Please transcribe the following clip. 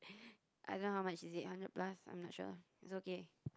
I don't know how much is it hundred plus I'm not sure it's okay